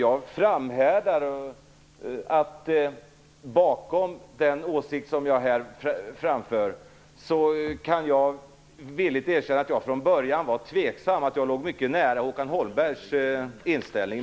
Jag framhärdar i den åsikt som jag här framför. Jag kan villigt erkänna att jag från början var tveksam och att jag låg mycket nära Håkan Holmberg i min inställning.